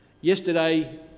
Yesterday